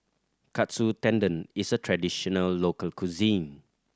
Katsu Tendon is a traditional local cuisine